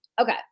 Okay